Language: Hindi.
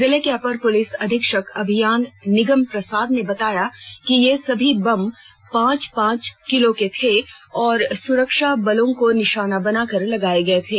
जिले के अपर पुलिस अधीक्षक अभियान निगम प्रसाद ने बताया कि ये सभी बम पांच पांच किलो के थे और सुरक्षा बलों को निशाना बनाकर लगाए थे